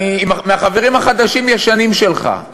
אני מהחברים החדשים-ישנים שלך,